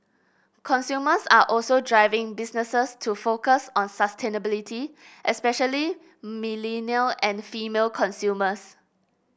consumers are also driving businesses to focus on sustainability especially millennial and female consumers